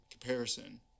comparison